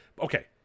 Okay